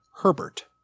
Herbert